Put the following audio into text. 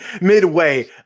midway